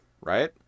right